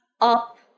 up